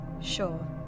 Sure